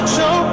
Show